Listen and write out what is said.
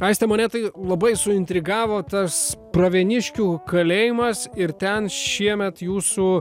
aiste mane tai labai suintrigavo tas pravieniškių kalėjimas ir ten šiemet jūsų